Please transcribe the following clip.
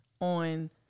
on